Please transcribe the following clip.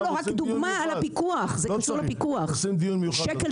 זה המצב, אז בגלל